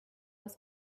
was